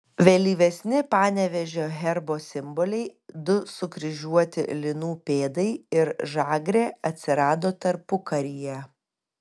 vėlyvesni panevėžio herbo simboliai du sukryžiuoti linų pėdai ir žagrė atsirado tarpukaryje